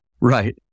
right